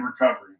recovery